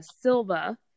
Silva